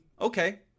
okay